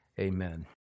Amen